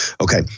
Okay